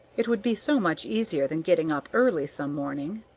it would be so much easier than getting up early some morning.